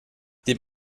dem